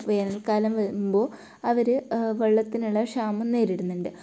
വേനൽക്കാലം വരുമ്പോൾ അവർ വെള്ളത്തിനുള്ള ക്ഷാമം നേരിടുന്നുണ്ട്